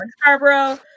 Scarborough